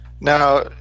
Now